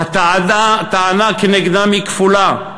הטענה כנגדם היא כפולה: